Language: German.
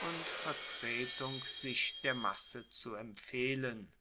und vertretung sich der menge zu empfehlen